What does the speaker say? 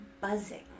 buzzing